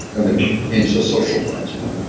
and it's a social blind spot.